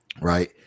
Right